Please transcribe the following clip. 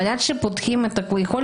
אבל עד שפותחים קבוצות.